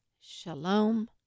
Shalom